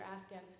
Afghans